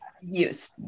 use